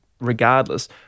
regardless